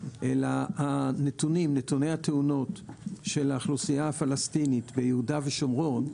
אלא נתוני התאונות של האוכלוסייה הפלסטינית ביהודה ושומרון,